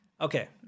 Okay